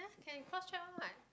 can cross check one what